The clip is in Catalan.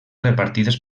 repartides